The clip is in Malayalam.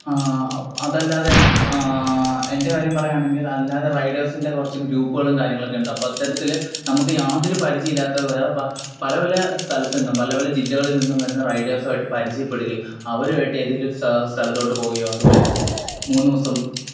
അതല്ലാതെ എന്റെ കാര്യം പറയുകയാണെങ്കിൽ അല്ലാതെ റൈഡേസിന്റെ കുറച്ച് ഗ്രൂപ്പുകളും കാര്യങ്ങളൊക്കെ ഉണ്ട് അപ്പം അത്തരത്തിൽ നമുക്ക് യാതൊര് പരിചയമില്ലാത്ത വേറെ പല പല സ്ഥലത്ത് നിന്നും പല പല ജില്ലകളില് നിന്നും വരുന്ന റൈഡേസുവായിട്ട് പരിചയപ്പെടുകയും അവരുവായിട്ടേതേലും സ്ഥലത്തോട്ട് പോകുകയോ അതുപോലെ മൂന്ന് ദിവസം